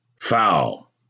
Foul